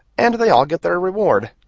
and they all get their reward.